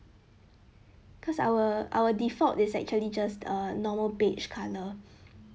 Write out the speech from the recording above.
cause our our default is actually just a normal beige colour